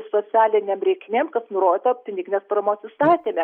socialinėm reikmėm kas nurodyta pininiginės paramos įstatyme